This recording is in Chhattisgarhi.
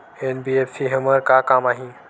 एन.बी.एफ.सी हमर का काम आही?